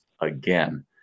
again